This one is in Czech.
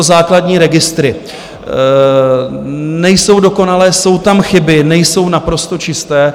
Základní registry nejsou dokonalé, jsou tam chyby, nejsou naprosto čisté.